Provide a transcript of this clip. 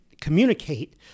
communicate